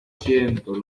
siento